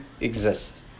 exist